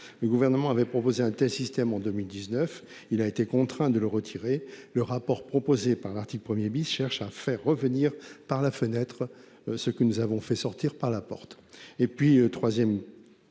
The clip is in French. Le Gouvernement avait proposé un tel système en 2019, puis avait été contraint de le retirer. Le rapport proposé par l'intermédiaire de l'article 1 cherche à faire revenir par la fenêtre ce que nous avons fait sortir par la porte. Troisièmement,